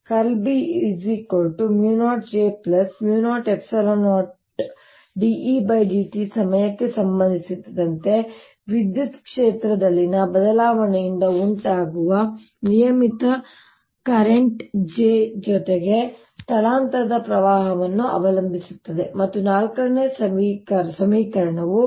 ▽× B μ0 J μ0 ε0 dEdt ಸಮಯಕ್ಕೆ ಸಂಬಂಧಿಸಿದಂತೆ ವಿದ್ಯುತ್ ಕ್ಷೇತ್ರದಲ್ಲಿನ ಬದಲಾವಣೆಯಿಂದ ಉಂಟಾಗುವ ನಿಯಮಿತ ಪ್ರಸ್ತುತ J ಜೊತೆಗೆ ಸ್ಥಳಾಂತರದ ಪ್ರವಾಹವನ್ನು ಅವಲಂಬಿಸಿರುತ್ತದೆ ಮತ್ತು ನಾಲ್ಕನೇ ಸಮೀಕರಣವು ▽